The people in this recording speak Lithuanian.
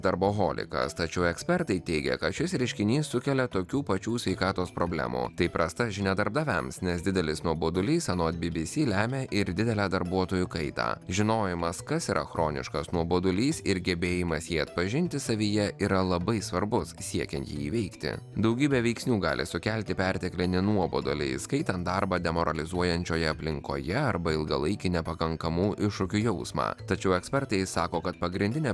darboholikas tačiau ekspertai teigia kad šis reiškinys sukelia tokių pačių sveikatos problemų tai prasta žinia darbdaviams nes didelis nuobodulys anot bbc lemia ir didelę darbuotojų kaitą žinojimas kas yra chroniškas nuobodulys ir gebėjimas jį atpažinti savyje yra labai svarbus siekiant jį įveikti daugybė veiksnių gali sukelti perteklinį nuobodulį įskaitant darbą demoralizuojančioje aplinkoje arba ilgalaikį nepakankamų iššūkių jausmą tačiau ekspertai sako kad pagrindinė